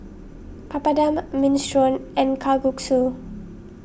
Papadum Minestrone and Kalguksu